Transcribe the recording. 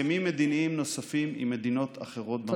הסכמים מדיניים נוספים עם מדינות אחרות במרחב.